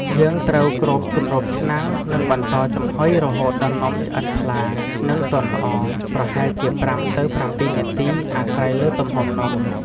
យើងត្រូវគ្របគម្របឆ្នាំង និងបន្តចំហុយរហូតដល់នំឆ្អិនថ្លា និងទន់ល្អ ប្រហែលជា ៥ទៅ៧ នាទី អាស្រ័យលើទំហំនំ។